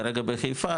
כרגע בחיפה,